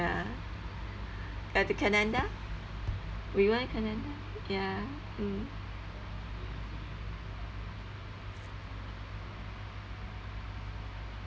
ya at the canada we went canada ya mm